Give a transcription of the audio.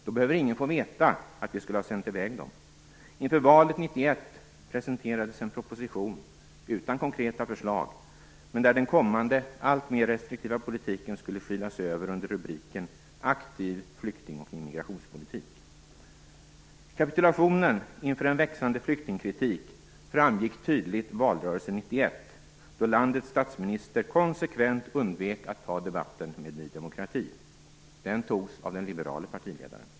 Då behövde ingen få veta att vi skulle ha sänt i väg dem. Inför valet 1991 presenterades en proposition utan konkreta förslag, men där den kommande alltmer restriktiva politiken skulle skylas över under rubriken Aktiv flykting och immigrationspolitik. Kapitulationen inför en växande flyktingkritik framgick tydligt valrörelsen 1991, då landets statsminister konsekvent undvek att ta debatten med Ny demokrati. Den togs av den liberale partiledaren.